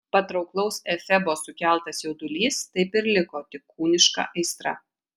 patrauklaus efebo sukeltas jaudulys taip ir liko tik kūniška aistra